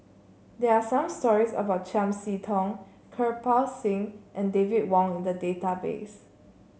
there are some stories about Chiam See Tong Kirpal Singh and David Wong in the database